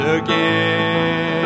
again